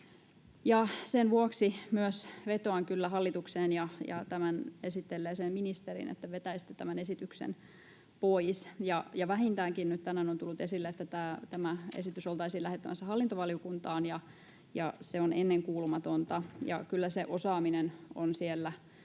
Sen vuoksi myös vetoan kyllä hallitukseen ja tämän esitelleeseen ministeriin, että vetäisitte tämän esityksen pois. Nyt tänään on tullut esille, että tämä esitys oltaisiin lähettämässä hallintovaliokuntaan, ja se on ennenkuulumatonta. Kyllä se osaaminen on siellä